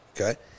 Okay